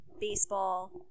baseball